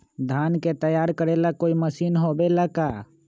धान के तैयार करेला कोई मशीन होबेला का?